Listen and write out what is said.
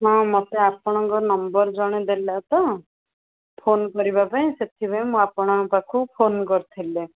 ହଁ ମୋତେ ଆପଣଙ୍କ ନମ୍ବର ଜଣେ ଦେଲା ତ ଫୋନ୍ କରିବା ପାଇଁ ସେଥିପାଇଁ ମୁଁ ଆପଣଙ୍କ ପାଖକୁ ଫୋନ୍ କରିଥିଲି